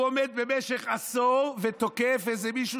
הוא עומד במשך עשור ותוקף איזה מישהו